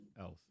else